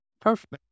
Perfect